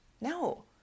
No